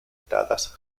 dadas